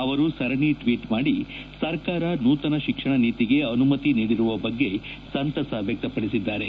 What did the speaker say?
ಆವರು ಸರಣಿ ಟ್ವೀಟ್ ಮಾಡಿ ಸರ್ಕಾರ ನೂತನ ಶಿಕ್ಷಣ ನೀತಿಗೆ ಅನುಮತಿ ನೀಡಿರುವ ಬಗ್ಗೆ ಸಂತಸ ವ್ಯಕ್ತಪಡಿಸಿದ್ದಾರೆ